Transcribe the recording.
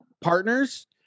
partners